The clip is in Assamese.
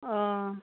অঁ